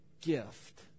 gift